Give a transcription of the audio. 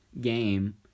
game